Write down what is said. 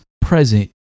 present